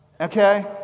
Okay